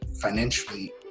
financially